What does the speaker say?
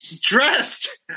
dressed